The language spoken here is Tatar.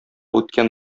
үткән